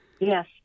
Yes